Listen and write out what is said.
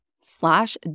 slash